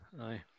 aye